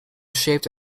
shaped